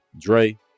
Dre